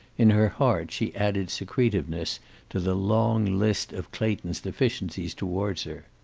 in her heart she added secretiveness to the long list of clayton's deficiencies toward her.